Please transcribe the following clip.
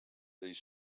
they